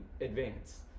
advance